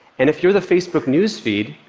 and if you're the facebook newsfeed,